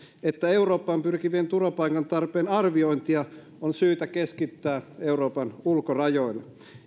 että eurooppaan pyrkivien turvapaikan tarpeen arviointia on syytä keskittää euroopan ulkorajoille